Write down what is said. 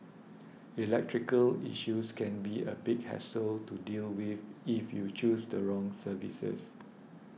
electrical issues can be a big hassle to deal with if you choose the wrong services